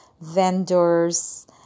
vendors